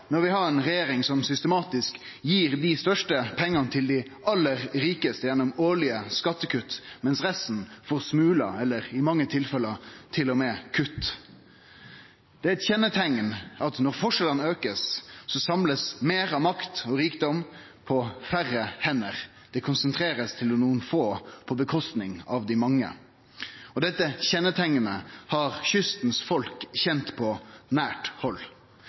når vi har ei regjering som systematisk gir dei største pengane til dei aller rikaste gjennom årlege skattekutt, mens resten får smular eller i mange tilfelle til og med kutt. Det er eit kjenneteikn at når forskjellane aukar, blir meir makt og rikdom samla på færre hender, det blir konsentrert til nokre få, på kostnad av dei mange. Dette kjenneteiknet har kystens folk kjent på nært